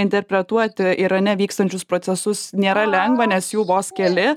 interpretuoti irane vykstančius procesus nėra lengva nes jų vos keli